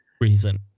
reason